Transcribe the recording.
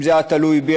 אם זה היה תלוי בי,